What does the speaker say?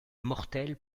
mortel